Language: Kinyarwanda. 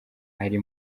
ari